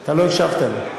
אתה לא הקשבת לי.